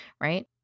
Right